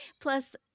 Plus